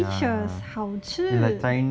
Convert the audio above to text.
it's delicious 好吃